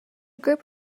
group